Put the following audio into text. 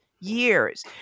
years